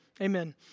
Amen